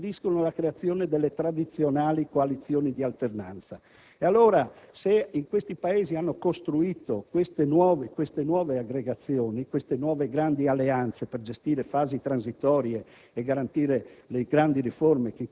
politici di natura populistica che impediscono la creazione delle tradizionali coalizioni di alternanza. Se questi Paesi hanno costruito nuove aggregazioni, nuove grandi alleanze per gestire fasi transitorie